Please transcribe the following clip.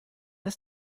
ist